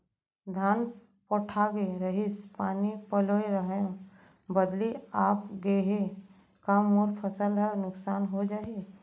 धान पोठागे रहीस, पानी पलोय रहेंव, बदली आप गे हे, का मोर फसल ल नुकसान हो जाही?